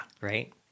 Right